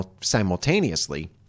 simultaneously